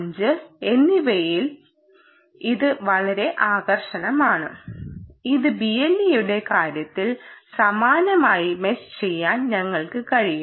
0 എന്നിവയിൽ ഇത് വളരെ ആകർഷകമാണ് ഇത് BLEയുടെ കാര്യത്തിന് സമാനമായി മെഷ് ചെയ്യാൻ ഞങ്ങൾക്ക് കഴിയും